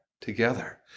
together